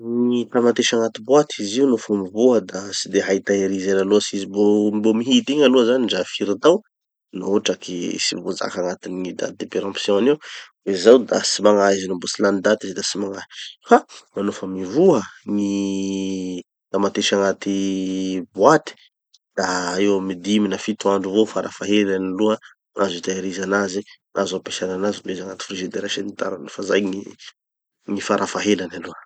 Gny tamatesy agnaty boite, izy io nofa mivoha da tsy hay tahirizy ela loatsy. Izy mbo mbo mihidy igny aloha zany dra firy tao, no hotraky tsy voazaka agnatin'ny gny date de péremption'ny ao, hoe zao, da tsy magnahy izy no mbo tsy lany daty izy da tsy magnahy. Fa fa nofa mivoha gny tamatesy agnaty boite da eo amy dimy na fito andro eo avao gny farafahaelany aloha gn'azo itahiriza anazy, gn'azo ampiasana anazy no izy agnaty frizidera sy ny tariny. Fa zay gny farafahaelany aloha.